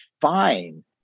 fine